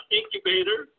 incubator